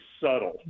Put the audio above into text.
subtle